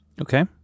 Okay